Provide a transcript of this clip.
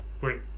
Wait